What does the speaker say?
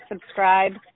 subscribe